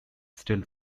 still